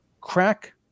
crack